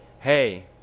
Hey